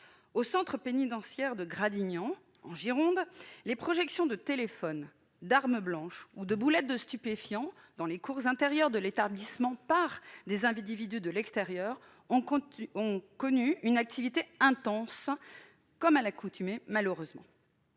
Au centre pénitentiaire de Gradignan, en Gironde, les projections de téléphones, d'armes blanches ou de boulettes de stupéfiants dans les cours intérieures de l'établissement par des individus de l'extérieur ont connu une activité intense pendant le confinement, comme à l'accoutumée malheureusement.